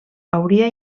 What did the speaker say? hauria